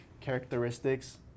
characteristics